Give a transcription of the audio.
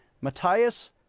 Matthias